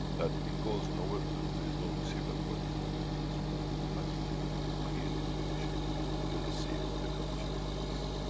that it goes nowhere, because there is no receiver for it in the universe, but as you create the condition you receive the condition for peace.